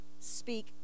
speak